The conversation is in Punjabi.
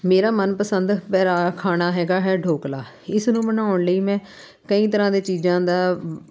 ਮੇਰਾ ਮਨਪਸੰਦ ਪਹਿਰਾ ਖਾਣਾ ਹੈਗਾ ਹੈ ਢੋਕਲਾ ਇਸ ਨੂੰ ਬਣਾਉਣ ਲਈ ਮੈਂ ਕਈ ਤਰ੍ਹਾਂ ਦੇ ਚੀਜ਼ਾਂ ਦਾ